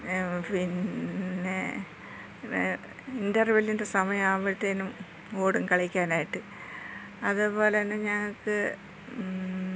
പിന്നെ ഇൻ്റർവല്ലിൻ്റെ സമയം ആവുമ്പോഴത്തേക്കും ഓടും കളിക്കാനായിട്ട് അതേപോലെ തന്നെ ഞങ്ങൾക്ക്